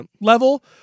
level